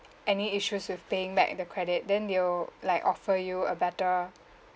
any issues with paying back the credit then they'll like offer you a better